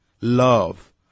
love